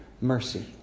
mercy